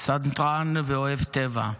פסנתרן ואוהב טבע,